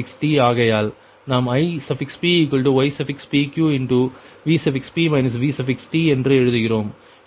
Vt ஆகையால் நாம் IpypqVp Vt என்று எழுதுகிறோம்